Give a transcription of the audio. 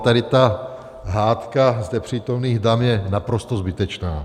Tady ta hádka zde přítomných dam je naprosto zbytečná.